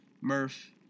Murph